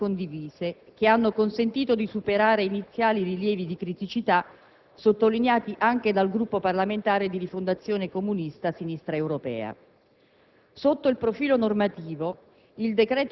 giungendo infine a posizioni comuni e condivise, che hanno consentito di superare iniziali rilievi di criticità, sottolineati anche dal Gruppo parlamentare di Rifondazione Comunista-Sinistra Europea.